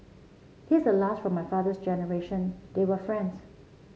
he's the last from my father generation they were friends